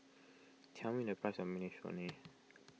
tell me the price of Minestrone